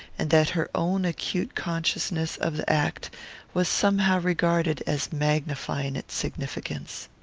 and that her own acute consciousness of the act was somehow regarded as magnifying its significance.